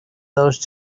those